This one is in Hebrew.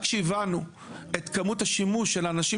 רק כשהבנו את כמות השימוש של האנשים